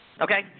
Okay